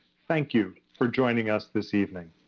thank you for joining us this evening.